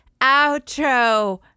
outro